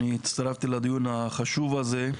אני הצטרפתי לדיון החשוב הזה,